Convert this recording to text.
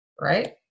right